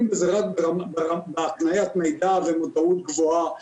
בזה רק בהקניית מידע ומודעות גבוהה.